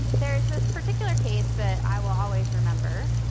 there is this particular case that i will always remember.